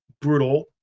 brutal